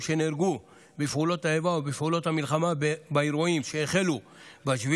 שנהרגו בפעולות האיבה ובפעולות המלחמה באירועים שהחלו ב-7